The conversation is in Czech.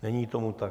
Není tomu tak.